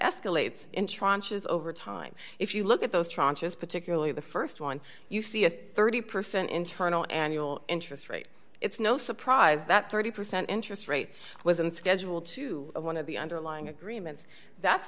tranches over time if you look at those tranches particularly the st one you see a thirty percent internal annual interest rate it's no surprise that thirty percent interest rate wasn't scheduled to one of the underlying agreements that's